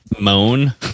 moan